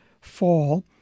fall